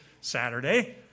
Saturday